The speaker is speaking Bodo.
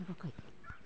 जोबाखै